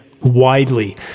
widely